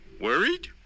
Worried